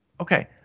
Okay